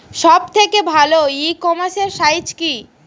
সব থেকে ভালো ই কমার্সে সাইট কী?